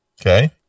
Okay